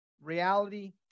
reality